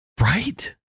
Right